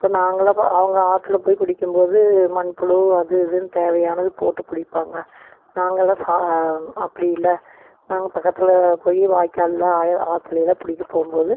இப்போ நாங்களை அவங்க ஆற்றுல போய் பிடிக்கும் போது மண் புழு அது இதுன் தேவையானது போட்டு பிடிப்பாங்க நாங்களெலாம் அப்படி இல்லை நாங்கள் பக்கத்தில் போய் வாய்க்காலில் ஆற்றுலெல்லாம் பிடிக்க போகும் போது